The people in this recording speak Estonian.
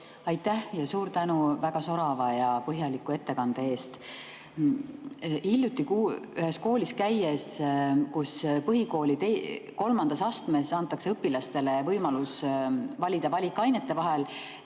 Aitäh! Suur tänu väga sorava ja põhjaliku ettekande eest! Hiljuti, kui käisin ühes koolis, kus põhikooli kolmandas astmes antakse õpilastele võimalus valida valikainete vahel,